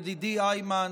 ידידי איימן,